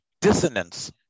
dissonance